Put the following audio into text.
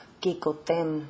kikotem